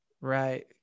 Right